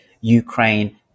Ukraine